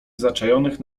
zaczajonych